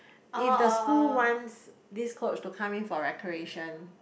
if the school wants this coach to come in for recreation